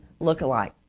lookalike